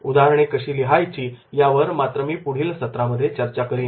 उदाहरणे कशी लिहायची यावर मात्र मी पुढील सत्रामध्ये चर्चा करेन